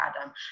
Adam